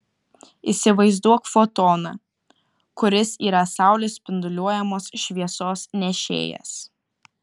įsivaizduok fotoną kuris yra saulės spinduliuojamos šviesos nešėjas